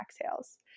exhales